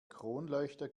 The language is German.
kronleuchter